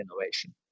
innovation